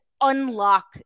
unlock